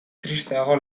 tristeago